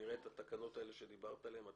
נראה את התקנות האלה שדיברת עליהן?